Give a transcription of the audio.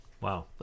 Wow